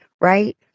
right